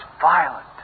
violent